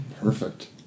Perfect